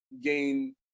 gain